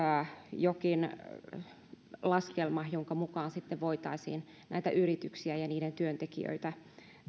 jokin laskelma jonka mukaan sitten voitaisiin näitä yrityksiä ja niiden työntekijöitä